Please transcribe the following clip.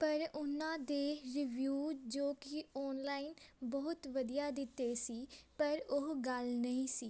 ਪਰ ਉਨ੍ਹਾਂ ਦੇ ਰਿਵਿਊ ਜੋ ਕਿ ਔਨਲਾਈਨ ਬਹੁਤ ਵਧੀਆ ਦਿੱਤੇ ਸੀ ਪਰ ਉਹ ਗੱਲ ਨਹੀਂ ਸੀ